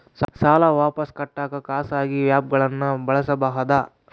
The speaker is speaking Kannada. ಸಾಲ ವಾಪಸ್ ಕಟ್ಟಕ ಖಾಸಗಿ ಆ್ಯಪ್ ಗಳನ್ನ ಬಳಸಬಹದಾ?